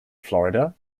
florida